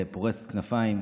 והיא פורסת כנפיים.